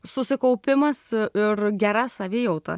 susikaupimas ir gera savijauta